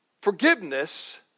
forgiveness